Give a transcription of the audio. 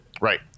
Right